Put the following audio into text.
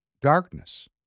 darkness